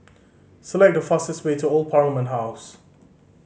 select the fastest way to Old Parliament House